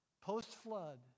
post-flood